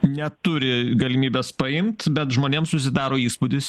neturi galimybės paimt bet žmonėms susidaro įspūdis